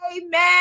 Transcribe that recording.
Amen